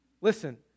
Listen